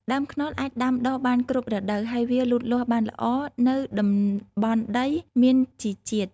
ដើមខ្នុរអាចដាំដុះបានគ្រប់រដូវ ហើយវាលូតលាស់បានល្អនៅតំបន់ដីមានជីជាតិ។